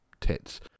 tits